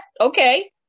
Okay